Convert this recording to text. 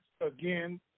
again